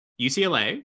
UCLA